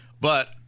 but-